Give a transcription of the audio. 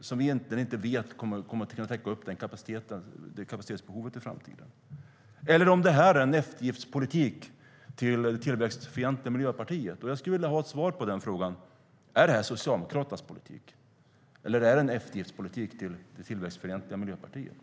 Vi vet ju egentligen inte om det kommer att kunna täcka upp kapacitetsbehovet i framtiden. Eller är detta en eftergiftspolitik till det tillväxtfientliga Miljöpartiet? Jag skulle vilja ha ett svar på frågan. Är detta Socialdemokraternas politik, eller är det en eftergiftspolitik till det tillväxtfientliga Miljöpartiet?